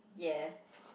ya